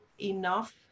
enough